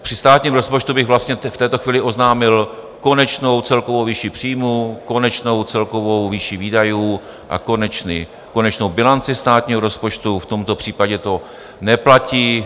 Při státním rozpočtu bych vlastně v této chvíli oznámil konečnou celkovou výši příjmů, konečnou celkovou výši výdajů a konečnou bilanci státního rozpočtu, v tomto případě to neplatí.